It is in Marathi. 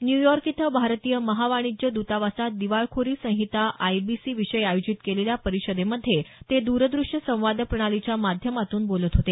न्यूयॉर्क इथं भारतीय महावाणिज्य दतावासात दिवाळखोरी संहिता आयबीसी विषयी आयोजित केलेल्या परिषदेमध्ये ते दूरदृश्य संवाद प्रणालीच्या माध्यमातून बोलत होते